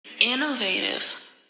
Innovative